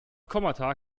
kommata